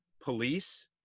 police